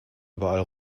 überall